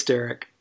Derek